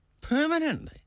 Permanently